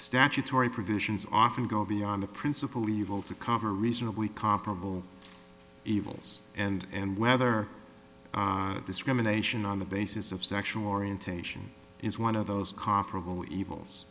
statutory provisions often go beyond the principle evil to cover reasonably comparable evils and whether discrimination on the basis of sexual orientation is one of those comparable